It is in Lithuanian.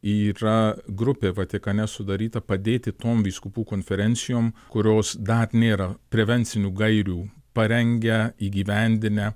yra grupė vatikane sudaryta padėti tom vyskupų konferencijom kurios dar nėra prevencinių gairių parengę įgyvendinę